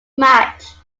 match